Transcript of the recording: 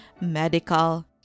medical